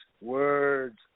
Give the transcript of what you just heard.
words